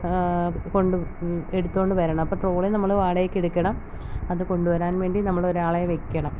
കൊണ്ട് എടുത്ത് കൊണ്ട് വരണം അപ്പം ട്രോളി നമ്മൾ വാടകയ്ക്കെടുക്കണം അത് കൊണ്ടുവരാൻ വേണ്ടി നമ്മൾ ഒരാളെ വയ്ക്കണം